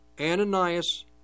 Ananias